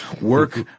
work